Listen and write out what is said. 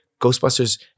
Ghostbusters